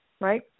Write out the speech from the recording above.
Right